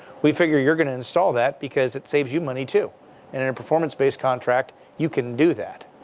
we figure you're going to install that because it saves you money too. and in a performance-based contract, you can do that.